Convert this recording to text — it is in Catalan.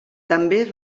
també